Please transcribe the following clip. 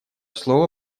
слово